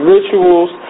Rituals